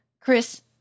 Chris